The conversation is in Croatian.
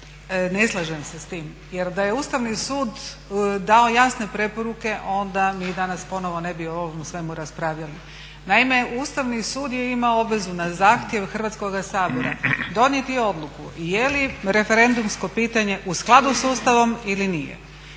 Ne slažem se s tim. Jer da je Ustavni sud dao jasne preporuke onda mi danas ponovno ne bi o svemu ovome raspravljali. Naime, Ustavni sud je imao obvezu na zahtjev Hrvatskoga sabora donijeti odluku je li referendumsko pitanje u skladu s Ustavom ili nije.